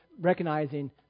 Recognizing